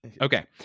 okay